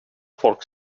folk